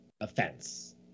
offense